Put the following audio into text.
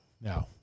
No